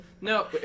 no